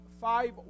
five